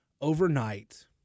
overnight